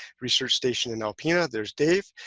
research station in alpina, there's dave.